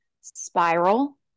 spiral